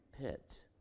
pit